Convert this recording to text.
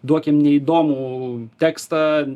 duokim neįdomų tekstą